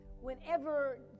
whenever